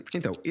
Então